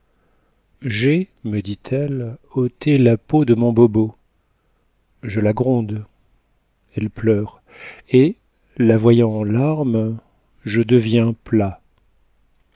j'ai me dit-elle ôté la peau de mon bobo je la gronde elle pleure et la voyant en larmes je deviens plat